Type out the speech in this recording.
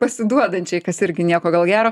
pasiduodančiai kas irgi nieko gal gero